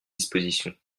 disposition